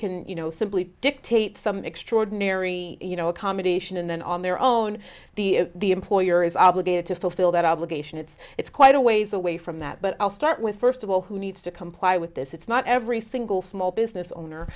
can you know simply dictate some extraordinary you know accommodation and then on their own the the employer is obligated to fulfill that obligation it's it's quite a ways away from that but i'll start with first of all who needs to comply with this it's not every single small business owner